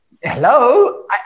Hello